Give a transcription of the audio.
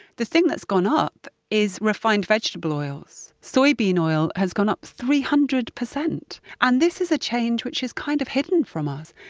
the thing that's gone up is refined vegetable oils. soybean oil has gone up three hundred percent. and this is a change which is kind of hidden from us.